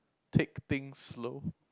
take things slow